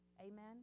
Amen